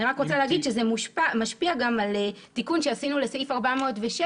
זה משפיע גם על תיקון שעשינו לסעיף 406,